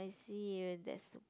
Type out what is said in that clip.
I see where that's the